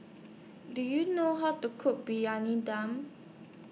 Do YOU know How to Cook Briyani Dum